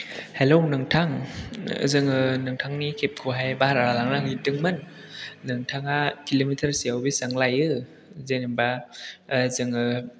hello नोंथां जोङो नोंथांनि केब खौहाय भारा लानो नागिरदोंमोन नोंथाङा किल'मिटार सेयाव बेसेबां लायो जेनेबा ओ जोङो